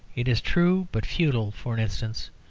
it is true, but futile, for instance,